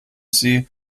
sie